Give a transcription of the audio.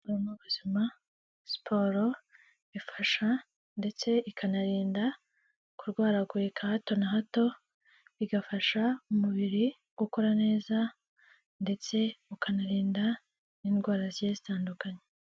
Mu buzima siporo ifasha ndetse ikanarinda kurwaragurika hato na hato, bigafasha umubiri gukora neza ndetse ukanarinda n'indwara zigiye zitandukanye.